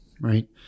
right